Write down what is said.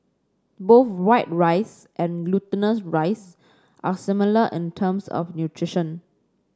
both white rice and glutinous rice are similar in terms of nutrition